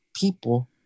people